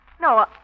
no